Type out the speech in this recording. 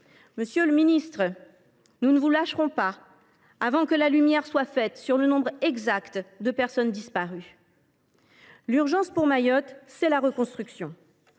Monsieur le ministre, nous ne vous lâcherons pas avant que la lumière ne soit faite sur le nombre exact de personnes disparues ! L’urgence pour Mayotte, c’est la reconstruction.